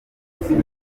ibitsina